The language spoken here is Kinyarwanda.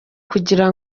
kugira